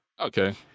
okay